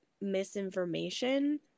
misinformation